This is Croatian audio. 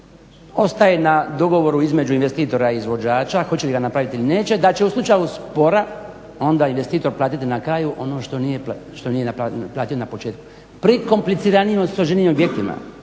ostaje na dogovoru između investitora i izvođača hoće li ga napraviti ili neće da će u slučaju spora onda investitor platiti na kraju ono što nije platio na početku. Pri kompliciranijim, pri složenijim objektima